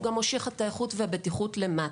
הוא גם מושך את האיכות והבטיחות למטה.